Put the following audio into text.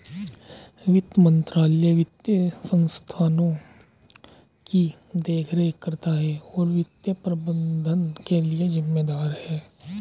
वित्त मंत्रालय वित्तीय संस्थानों की देखरेख करता है और वित्तीय प्रबंधन के लिए जिम्मेदार है